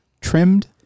trimmed